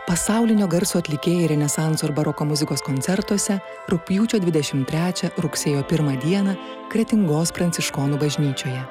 pasaulinio garso atlikėjai renesanso ir baroko muzikos koncertuose rugpjūčio dvidešimt trečią rugsėjo pirmą dieną kretingos pranciškonų bažnyčioje